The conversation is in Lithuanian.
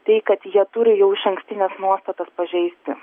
tai kad jie turi jau išankstines nuostatas pažeisti